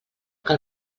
que